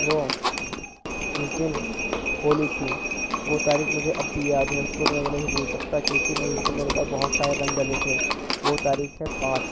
وہ جس دن ہولی تھی وہ تاریخ مجھے اب بھی یاد ہے اس کو تو میں نہیں بھول سکتا کیونکہ میں اس دن میرے اوپر بہت سارے رنگ ڈلے تھے وہ تاریخ ہے پانچ